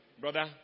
Brother